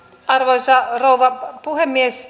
arvoisa rouva puhemies